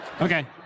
Okay